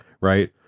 right